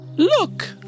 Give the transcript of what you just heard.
Look